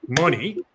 money